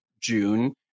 June